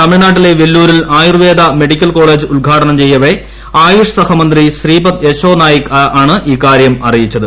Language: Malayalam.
തമിഴ്നാട്ടിലെ വെല്ലൂരിൽ ആയുർവേദ മെഡിക്കൽ കോളേജ് ഉദ്ഘാടനം ചെയ്യവേ ആയുഷ് സഹമന്ത്രി ശ്രീപദ് യെശോ നായിക് ആണ് ഇക്കാര്യം അറിയിച്ചത്